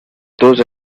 those